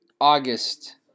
August